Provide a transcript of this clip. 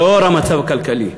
לאור המצב הכלכלי,